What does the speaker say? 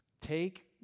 Take